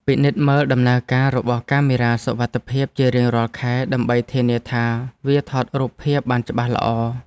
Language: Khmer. ពិនិត្យមើលដំណើរការរបស់កាមេរ៉ាសុវត្ថិភាពជារៀងរាល់ខែដើម្បីធានាថាវាថតរូបភាពបានច្បាស់ល្អ។